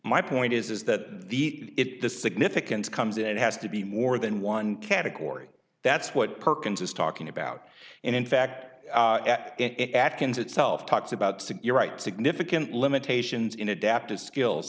my point is that the it the significance comes it has to be more than one category that's what perkins is talking about and in fact it africans itself talks about secure right significant limitations in adaptive skills